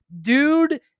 dude